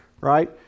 right